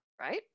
right